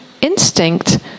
instinct